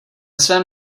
svém